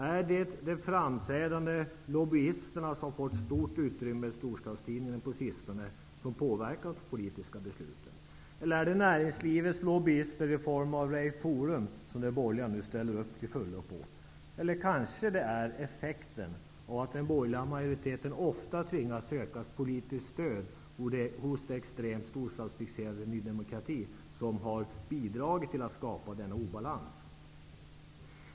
Är det de framträdande politiska lobbyisterna som har fått stort utrymme i storstadstidningarna som har påverkat de politiska besluten, eller är det näringslivets lobbyister i form av t.ex. Rail Forum som de borgerliga nu till fullo ställer upp på? Eller är det kanske effekten av att den borgerliga majoriteten ofta tvingas att söka politiskt stöd hos det extremt storstadsfixerade Ny demokrati, som har bidragit till att skapa denna obalans?